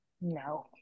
No